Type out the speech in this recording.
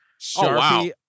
sharpie